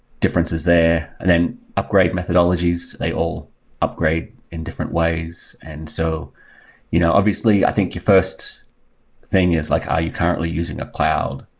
differences there. then upgrade methodologies, they all upgrade in different ways. and so you know obviously, i think your first thing is like are you currently using a cloud?